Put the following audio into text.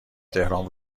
تهران